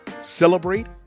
celebrate